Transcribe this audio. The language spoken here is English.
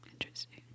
Interesting